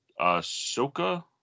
Ahsoka